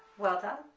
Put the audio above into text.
well done.